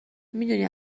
میدونی